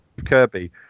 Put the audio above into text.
kirby